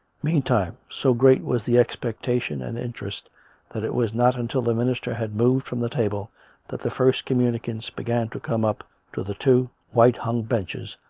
mean time, so great was the expectation and interest that it was not until the minister had moved from the table that the first communicants began to come up to the two white hung benches,